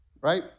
Right